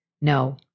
No